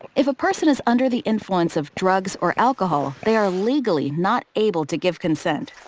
if a person is under the influence of drugs or alcohol, they are legally not able to give consent.